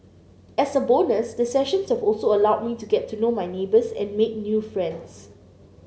as a bonus the sessions have also allowed me to get to know my neighbours and make new friends